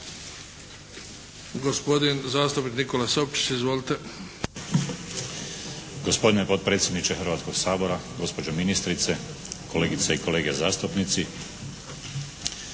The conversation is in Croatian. Gospodin zastupnik Nikola Sopčić. Izvolite. **Sopčić, Nikola (HDZ)** Gospodine potpredsjedniče Hrvatskog sabora, gospođo ministrice, kolegice i kolege zastupnici.